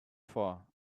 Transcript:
for